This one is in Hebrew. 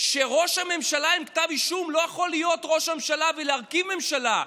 שראש ממשלה עם כתב אישום לא יכול היות ראש ממשלה ולהרכיב ממשלה.